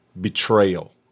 betrayal